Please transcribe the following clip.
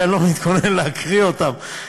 ואני לא מתכונן להקריא אותם.